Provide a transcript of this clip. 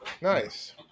Nice